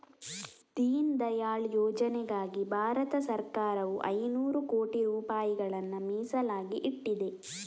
ದೀನ್ ದಯಾಳ್ ಯೋಜನೆಗಾಗಿ ಭಾರತ ಸರಕಾರವು ಐನೂರು ಕೋಟಿ ರೂಪಾಯಿಗಳನ್ನ ಮೀಸಲಾಗಿ ಇಟ್ಟಿದೆ